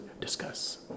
discuss